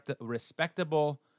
respectable